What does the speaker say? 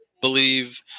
believe